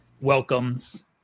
welcomes